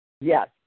Yes